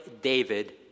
David